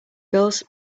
gulls